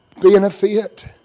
benefit